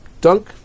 dunk